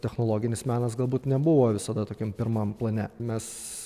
technologinis menas galbūt nebuvo visada tokiam pirmam plane mes